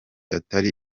atari